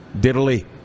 diddly